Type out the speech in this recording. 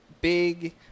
big